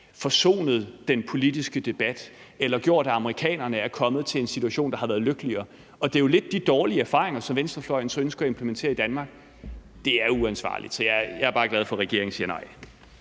forsonet den politiske debat eller gjort, at amerikanerne er kommet til en situation, der har været lykkeligere. Det er jo lidt de dårlige erfaringer, som venstrefløjen så ønsker at implementere i Danmark. Det er uansvarligt, så jeg er bare glad for, at regeringen siger nej.